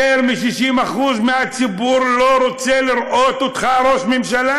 יותר מ-60% מהציבור לא רוצה לראות אותך ראש ממשלה.